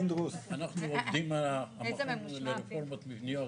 אנחנו עובדים, המכון לרפורמות מבניות